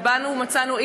ובאנו ומצאנו,